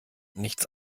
nichts